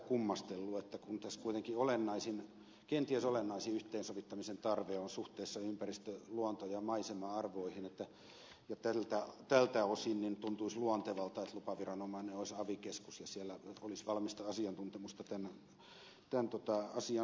kun tässä kuitenkin kenties olennaisin yhteensovittamisen tarve on suhteessa ympäristö luonto ja maisema arvoihin niin tältä osin tuntuisi luontevalta että lupaviranomainen olisi avi keskus siellä olisi valmista asiantuntemusta tämän asian suhteen